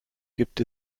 gibt